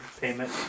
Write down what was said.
payment